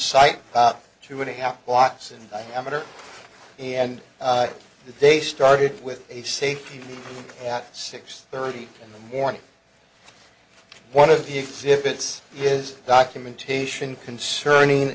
site about two and a half blocks in a matter and that they started with a safe at six thirty in the morning one of the exhibits is documentation concerning